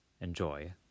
Enjoy